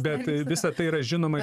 bet visa tai yra žinoma